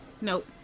Nope